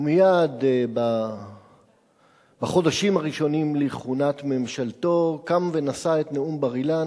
ומייד בחודשים הראשונים לכהונת ממשלתו קם ונשא את נאום בר-אילן,